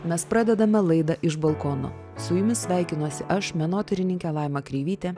mes pradedame laidą iš balkono su jumis sveikinuosi aš menotyrininkė laima kreivytė